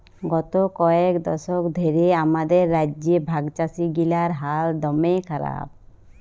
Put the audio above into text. গত কয়েক দশক ধ্যরে আমাদের রাজ্যে ভাগচাষীগিলার হাল দম্যে খারাপ